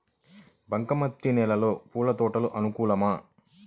బంక మట్టి నేలలో పూల తోటలకు అనుకూలమా?